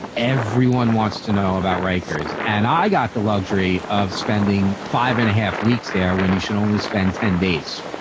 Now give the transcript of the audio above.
everyone wants to know about rikers. and i got the luxury of spending five and a half weeks there when you should only spend ten days.